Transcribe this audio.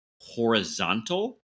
horizontal